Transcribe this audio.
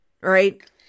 right